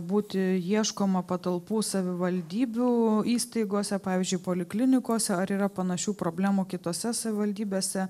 būti ieškoma patalpų savivaldybių įstaigose pavyzdžiui poliklinikose ar yra panašių problemų kitose savivaldybėse